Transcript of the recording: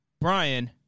Brian